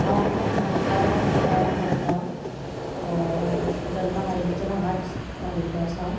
हांव हांगात म्हापशां गोंयान रावतां जल्मान आयिल्ल्याच्यान हांगाच राविल्लें आसा